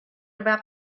about